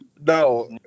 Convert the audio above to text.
No